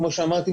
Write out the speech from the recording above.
כמו שאמרתי,